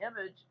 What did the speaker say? image